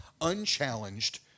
unchallenged